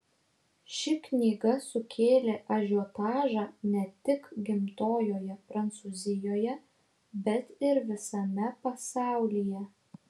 ši knyga sukėlė ažiotažą ne tik gimtojoje prancūzijoje bet ir visame pasaulyje